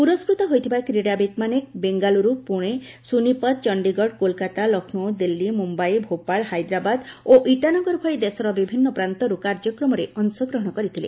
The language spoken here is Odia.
ପୁରସ୍କୃତ ହୋଇଥିବା କ୍ରୀଡ଼ାବିତ୍ମାନେ ବେଙ୍ଗାଲୁରୁ ପୁଣେ ସୁନିପଥ୍ ଚଣ୍ଡୀଗଡ଼ କୋଲକାତା ଲକ୍ଷ୍ନୌ ଦିଲ୍ଲୀ ମୁମ୍ୟାଇ ଭୋପାଳ ହାଇଦ୍ରାବାଦ ଓ ଇଟାନଗର ଭଳି ଦେଶର ବିଭିନ୍ନ ପ୍ରାନ୍ତରୁ କାର୍ଯ୍ୟକ୍ରମରେ ଅଂଶଗ୍ରହଣ କରିଥିଲେ